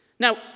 Now